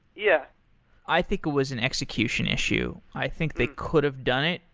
yeah i think it was an execution issue. i think they could have done it.